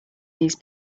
these